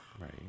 Right